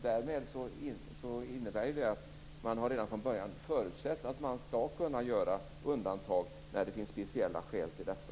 Det innebär att man redan från början har förutsett att man skall kunna göra undantag när det finns speciella skäl till detta.